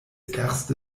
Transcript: erste